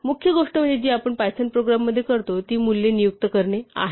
मुख्य गोष्ट जी आपण पायथन प्रोग्राममध्ये करतो ती मूल्ये नियुक्त करणे आहे